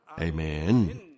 Amen